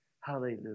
Hallelujah